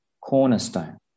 cornerstone